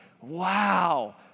wow